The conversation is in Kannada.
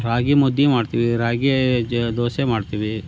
ರಾಗಿ ಮುದ್ದೆ ಮಾಡ್ತೀವಿ ರಾಗಿ ಜ ದೋಸೆ ಮಾಡ್ತೀವಿ